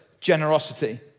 generosity